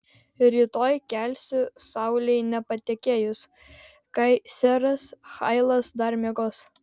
rytoj kelsiu saulei nepatekėjus kai seras hailas dar miegos